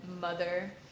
mother